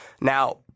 Now